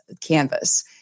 canvas